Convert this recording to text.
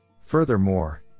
Furthermore